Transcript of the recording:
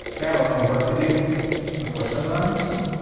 and a lot of work to do before sunrise, so.